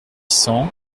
cents